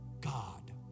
God